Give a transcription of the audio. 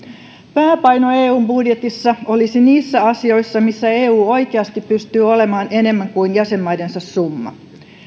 pääpaino eun budjetissa olisi niissä asioissa missä eu oikeasti pystyy olemaan enemmän kuin jäsenmaidensa summa